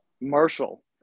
Marshall